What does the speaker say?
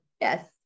yes